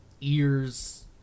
ears